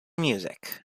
music